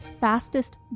fastest